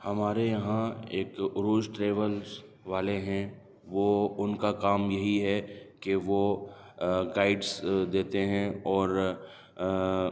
ہمارے یہاں ایک عروج ٹرویلس والے ہیں وہ ان کا کام یہی ہے کہ وہ گائیڈس دیتے ہیں اور